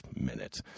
minute